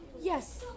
yes